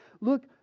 Look